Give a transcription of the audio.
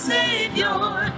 Savior